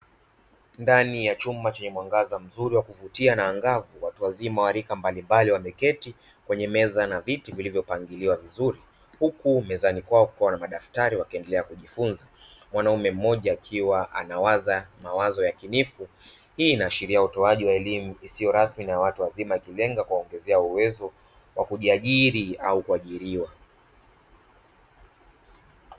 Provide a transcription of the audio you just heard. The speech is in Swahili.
Ndani ya chumba chenye mwangaza mzuri wakuvutia na angavu, watu wa rika mbalimbali wameketi kwenye meza na viti vilivyopangiliwa vizuri huku mezani kwao kukiwa na madaftari wakiendelea kujifunza. Mwanaume mmoja akiwa anawaza mawazo yakinifu, hii inaashiria utoaji wa elimu isiyo rasmi na ya wazima.